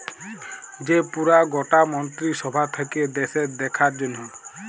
যে পুরা গটা মন্ত্রী সভা থাক্যে দ্যাশের দেখার জনহ